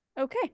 Okay